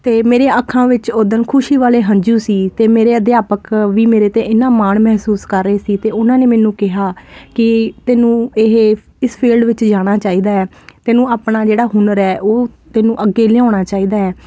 ਤੇ ਮੇਰੇ ਅੱਖਾਂ ਵਿੱਚ ਉਦਣ ਖੁਸ਼ੀ ਵਾਲੇ ਹੰਜੂ ਸੀ ਤੇ ਮੇਰੇ ਅਧਿਆਪਕ ਵੀ ਮੇਰੇ ਤੇ ਇਹਨਾਂ ਮਾਣ ਮਹਿਸੂਸ ਕਰ ਰਹੇ ਸੀ ਤੇ ਉਹਨਾਂ ਨੇ ਮੈਨੂੰ ਕਿਹਾ ਕੀ ਤੈਨੂੰ ਇਹ ਇਸ ਫੀਲਡ ਵਿੱਚ ਜਾਣਾ ਚਾਹੀਦਾ ਐ ਇਹਨੂੰ ਆਪਣਾ ਜਿਹੜਾ ਹੁਨਰ ਐ ਉਹ ਤੈਨੂੰ ਅੱਗੇ ਲਿਆਉਣਾ ਚਾਹੀਦਾ ਐ